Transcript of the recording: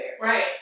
Right